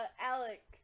Alec